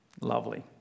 Lovely